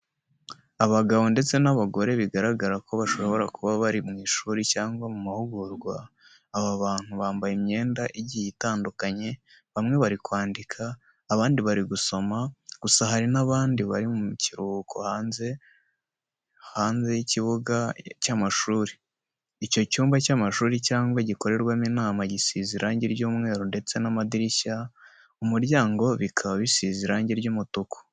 Abagabo ndetse n'abagore bigaragara ko bashobora kuba bari mu ishuri cyangwa mu mahugurwa, aba bantu bambaye imyenda igiye itandukanye, bamwe bari kwandika, abandi bari gusoma, gusa hari n'abandi bari mu kiruhuko hanze y'icyumba cy'amashuri. icyo cyumba cy'amashuri cyangwa gikorerwamo inama, gisize irangi ry'umweru ndetse n'amadirishya, umuryango bikaba bisize irangi ry'umutuku.